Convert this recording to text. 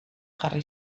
jarri